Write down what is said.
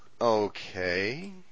Okay